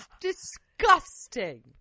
Disgusting